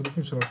מי עונה?